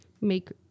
make